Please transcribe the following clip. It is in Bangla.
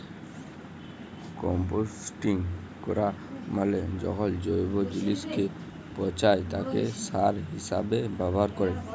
কম্পোস্টিং ক্যরা মালে যখল জৈব জিলিসকে পঁচায় তাকে সার হিসাবে ব্যাভার ক্যরে